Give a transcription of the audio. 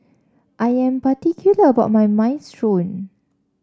I am particular about my Minestrone